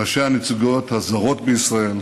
ראשי הנציגויות הזרות בישראל,